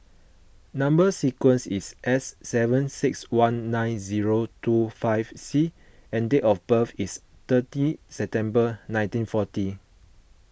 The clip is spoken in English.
Number Sequence is S seven six one nine zero two five C and date of birth is thirty September nineteen forty